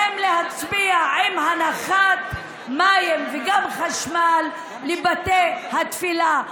עליכם להצביע על הנחת מים וגם חשמל לבתי התפילה.